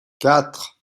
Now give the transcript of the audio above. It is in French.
quatre